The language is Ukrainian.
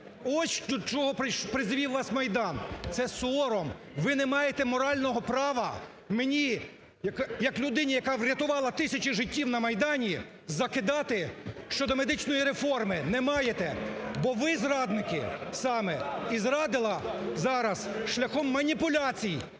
Ось, до чого призвів вас Майдан. Це – сором. Ви не маєте морального права мені як людині, яка врятувала тисячі життів на Майдані, закидати щодо медичної реформи не маєте. Бо ви – зрадники саме. І зрадили зараз шляхом маніпуляцій,